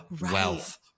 wealth